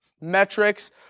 metrics